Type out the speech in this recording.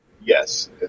Yes